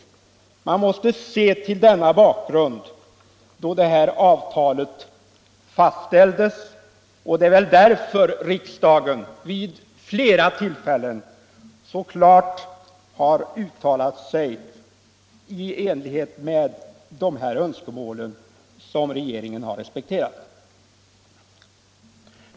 Man måste se till denna bakgrund då man diskuterar förfarandet vid fastställandet av det här avtalet. Det är väl därför riksdagen vid flera tillfällen mycket klart har uttalat sig i enlighet med de här önskemålen, som regeringen har respekterat.